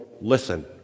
listen